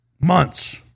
months